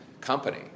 company